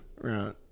right